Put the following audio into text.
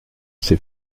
ses